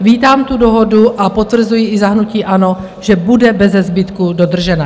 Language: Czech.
Vítám tu dohodu a potvrzuji i za hnutí ANO, že bude bezezbytku dodržena.